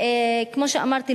כמו שאמרתי,